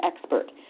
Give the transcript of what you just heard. expert